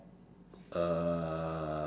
uh